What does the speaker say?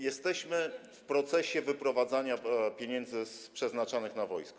Jesteśmy w procesie wyprowadzania pieniędzy przeznaczonych na wojsko.